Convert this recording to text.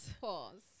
Pause